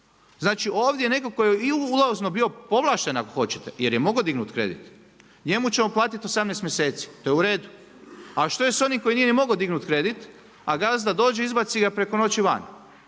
…/Govornik se ne razumije./… bio povlašten, ako hoćete, jer je mogao dignuti kredit, njemu ćemo platiti 118 mjeseci, to je u redu. A što je s onim koji nije mogao dignuti kredit, a gazda dođe i izbaci ga preko noć van?